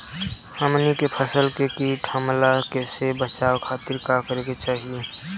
हमनी के फसल के कीट के हमला से बचावे खातिर का करे के चाहीं?